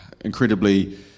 incredibly